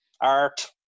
art